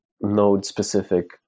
node-specific